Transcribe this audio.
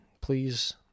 Please